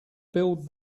build